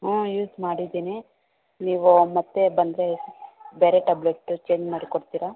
ಹ್ಞೂ ಯೂಸ್ ಮಾಡಿದ್ದೀನಿ ನೀವು ಮತ್ತೆ ಬಂದರೆ ಬೇರೆ ಟ್ಯಬ್ಲೆಟ್ಟು ಚೇಂಜ್ ಮಾಡಿಕೊಡ್ತೀರಾ